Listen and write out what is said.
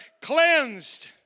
cleansed